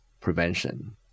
prevention